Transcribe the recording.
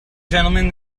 gentlemen